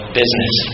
business